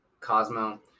Cosmo